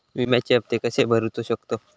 विम्याचे हप्ते कसे भरूचो शकतो?